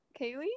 Kaylee